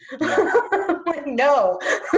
No